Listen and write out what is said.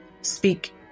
speak